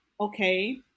okay